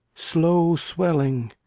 slow-swelling,